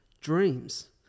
dreams